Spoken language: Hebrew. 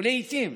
ולעיתים,